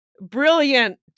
brilliant